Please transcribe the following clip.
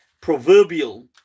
proverbial